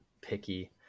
picky